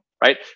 right